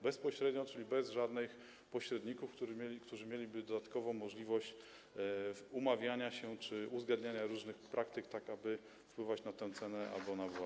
Bezpośrednio, czyli bez żadnych pośredników, którzy mieliby dodatkową możliwość umawiania się czy uzgadniania różnych praktyk, tak aby wpływać na wzrost tej ceny.